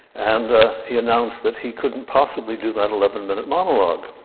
and he announced that he couldn't possibly do that eleven-minute monologue,